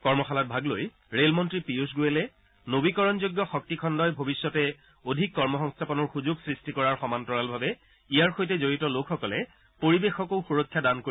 কৰ্মশালাত ভাগ লৈ ৰেল মন্ত্ৰী পিয়ুজ গোৱেলে নৱীকৰণযোগ্য শক্তিখণ্ডই ভৱিষ্যতে অধিক কৰ্মসংস্থাপনৰ সুযোগ সৃষ্টি কৰাৰ সমান্তৰালভাৱে ইয়াৰ সৈতে জড়িত লোকসকলে পৰিবেশকো সুৰক্ষা দান কৰিব